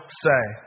say